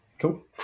cool